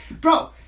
bro